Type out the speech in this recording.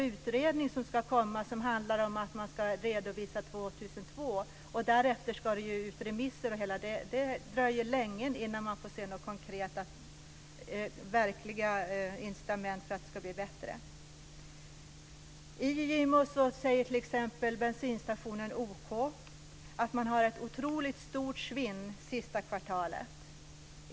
Det ska också komma en utredning som man ska redovisa 2002, och därefter ska det ju ut remisser, så det dröjer länge innan man får se några konkreta verkliga incitament för att det ska bli bättre. I Gimo säger man t.ex. på bensinstationen OK att man har ett otroligt stort svinn sista kvartalet.